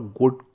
good